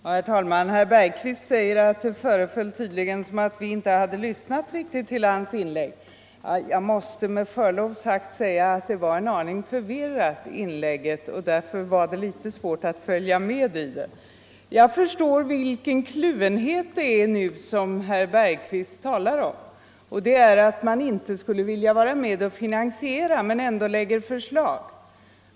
Herr talman! Herr Bergqvist sade att det föreföll som om vi inte hade = för svältdrabbade lyssnat riktigt på hans anförande. Ja, herr Bergqvists inlägg var med länder förlov sagt en aning förvirrande. Jag förstår nu vilken kluvenhet det är som herr Bergqvist talar om —- vi skulle inte vilja vara med om finansieringen men framlägger ändå förslag.